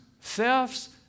thefts